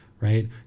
right